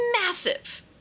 massive